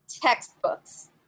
Textbooks